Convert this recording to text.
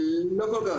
לא כל כך.